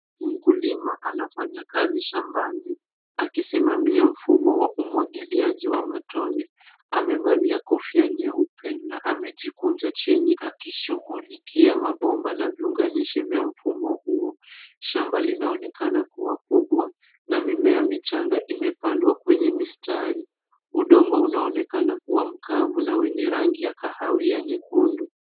Mkulima anafanya kazi shambani, akisimamia mfumo wa umwagiliaji wa matone. Amevalia kofia nyeupe na amejikunja chini akishughulikia mabomba na viunganishi vya mfumo huo. Shamba linaonekana kuwa kubwa na mimea michanga imepandwa kwenye mistari. Udongo unaonekana kuwa mkavu na wenye rangi ya kahawia nyekundu.